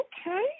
okay